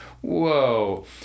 whoa